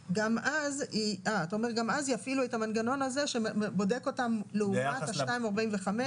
אומר שגם אז יפעילו את המנגנון הזה שבודק אותם לעומת ה-2.45%.